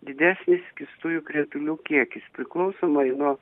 didesnis skystųjų kritulių kiekis priklausomai nuo